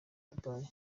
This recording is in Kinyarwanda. dubai